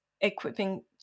equipping